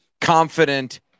confident